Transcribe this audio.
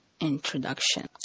introduction